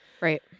Right